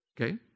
Okay